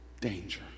Danger